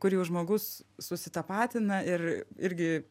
kur jau žmogus susitapatina ir irgi